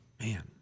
Man